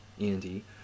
Andy